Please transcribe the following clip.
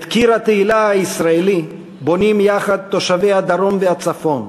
את קיר התהילה הישראלי בונים יחד תושבי הדרום והצפון,